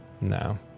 No